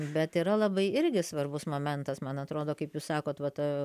bet yra labai irgi svarbus momentas man atrodo kaip jūs sakot va ta